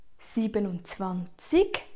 27